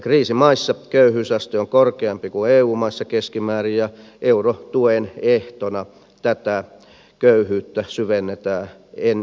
kriisimaissa köyhyysaste on korkeampi kuin eu maissa keskimäärin ja eurotuen ehtona tätä köyhyyttä syvennetään entisestään